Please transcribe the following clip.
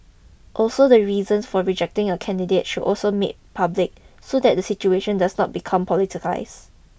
also the reasons for rejecting a candidate should also made public so that the situation does not become politicised